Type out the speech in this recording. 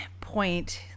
point